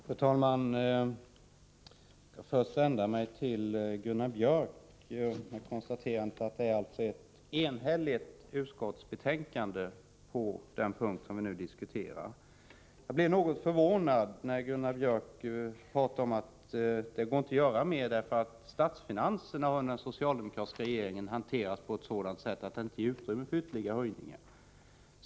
Fru talman! Jag skall först vända mig till Gunnar Björk i Gävle med konstaterandet att utskottsbetänkandet är enhälligt på den punkt vi nu diskuterar. Jag blev något förvånad när Gunnar Björk talade om att det inte går att göra mer eftersom statsfinanserna under den socialdemokratiska regeringen hanterats på ett sådant sätt att det inte ger utrymme för ytterligare höjningar.